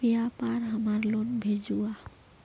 व्यापार हमार लोन भेजुआ?